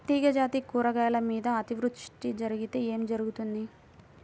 తీగజాతి కూరగాయల మీద అతివృష్టి జరిగితే ఏమి జరుగుతుంది?